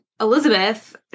Elizabeth